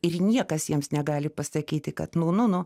ir niekas jiems negali pasakyti kad nu nu